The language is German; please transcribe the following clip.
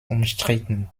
umstritten